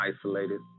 isolated